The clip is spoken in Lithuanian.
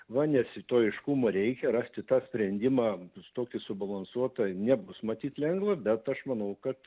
va nes to aiškumo reikia rasti tą sprendimą tokį subalansuotą nebus matyt lengva bet aš manau kad